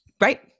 Right